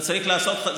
אתה צריך לעשות חוזה,